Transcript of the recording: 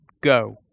go